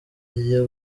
agiye